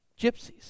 gypsies